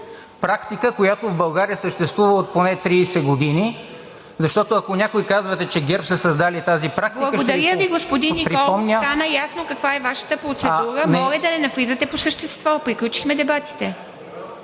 практика, която в България съществува от поне 30 години. Защото, ако някои казвате, че ГЕРБ са създали тази практика, ще Ви припомня... ПРЕДСЕДАТЕЛ ИВА МИТЕВА: Благодаря Ви, господин Николов. Стана ясно каква е Вашата процедура. Моля да не навлизате по същество. Приключихме дебатите.